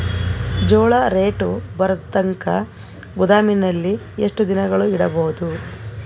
ಜೋಳ ರೇಟು ಬರತಂಕ ಗೋದಾಮಿನಲ್ಲಿ ಎಷ್ಟು ದಿನಗಳು ಯಿಡಬಹುದು?